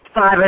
five